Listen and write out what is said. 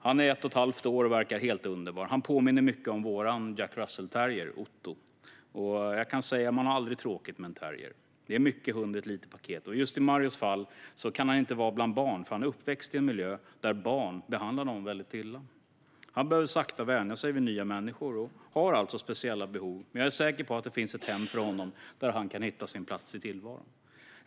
Han är ett och ett halvt år och verkar helt underbar. Han påminner mycket om vår jack russell terrier Otto, och jag kan säga att man aldrig har tråkigt med en terrier. Det är mycket hund i ett litet paket. Just Mario kan inte vara bland barn, för han växte upp i en miljö där barn behandlade honom illa. Han behöver sakta vänja sig vid nya människor och har alltså speciella behov, men jag är säker på att det finns ett hem för honom där han hitta sin plats i tillvaron.